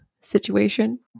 situation